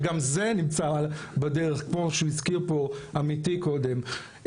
שגם זה נמצא בדרך כמו שהזכיר פה עמיתי קודם,